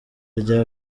rya